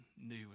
new